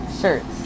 shirts